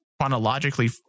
chronologically